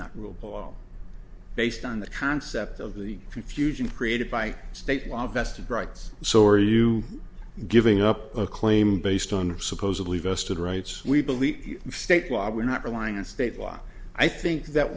not rule paul based on the concept of the confusion created by state law vested rights so are you giving up a claim based on supposedly vested rights we believe states why we're not relying on state law i think that